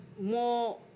more